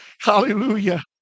Hallelujah